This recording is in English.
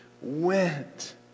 went